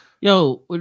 Yo